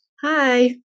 Hi